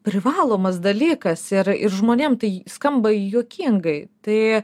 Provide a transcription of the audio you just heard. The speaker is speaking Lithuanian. privalomas dalykas ir ir žmonėm tai skamba juokingai tai